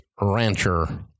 rancher